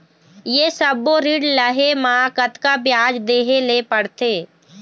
ये सब्बो ऋण लहे मा कतका ब्याज देहें ले पड़ते?